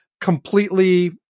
completely